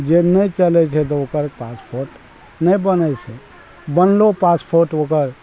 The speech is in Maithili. जे नहि चलय छै तऽ ओकर पासपोर्ट नहि बनय छै बनलो पासपोर्ट ओकर